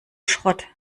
schrott